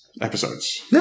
episodes